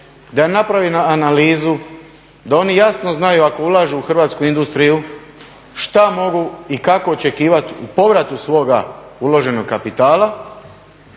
je napravljena analiza da oni jasno znaju ako ulažu u Hrvatsku industriju šta mogu i kako očekivat u povratu svoga uloženog kapitala